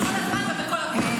כל הזמן ובכל הכוח.